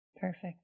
Perfect